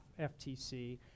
FTC